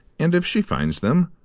and, if she finds them,